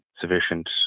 sufficient